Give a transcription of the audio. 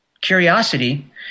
curiosity